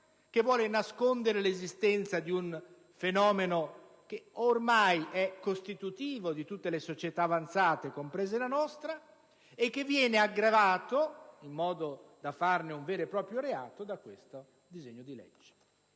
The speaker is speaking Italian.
che vuole nascondere l'esistenza di un fenomeno che ormai è costitutivo di tutte le società avanzate, compresa la nostra, fenomeno aggravato, tanto da farne un vero e proprio reato, da questo disegno di legge.